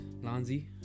Lonzy